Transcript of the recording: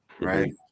right